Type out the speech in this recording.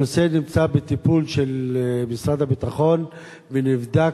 הנושא נמצא בטיפול של משרד הביטחון ונבדק,